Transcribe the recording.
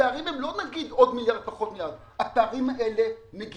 הפערים הם לא נגיד עוד מיליארד, פחות מיליארד.